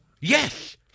Yes